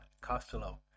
Costello